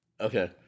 Okay